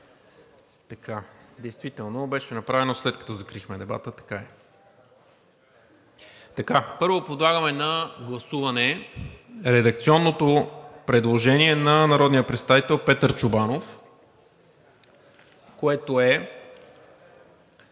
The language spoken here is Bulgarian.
Действително беше направено, след като закрихме дебата. Така е. Първо, подлагаме на гласуване редакционното предложение на народния представител Петър Чобанов, което е